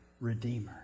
redeemer